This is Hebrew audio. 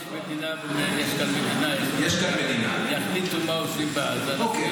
יש מדינה --- יחליטו מה עושים בעזה --- אוקיי,